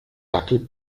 dackel